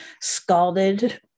scalded